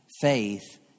faith